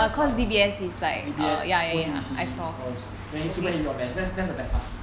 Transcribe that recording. that's why I am saying D_B_S O_C_B_C all those they are super easy on them that's that's the bad part